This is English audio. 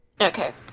Okay